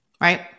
Right